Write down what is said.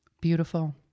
Beautiful